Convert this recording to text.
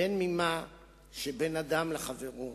או ממה שבין אדם לחברו,